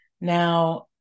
Now